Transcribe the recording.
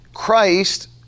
Christ